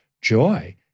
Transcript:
joy